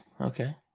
okay